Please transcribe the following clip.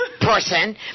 person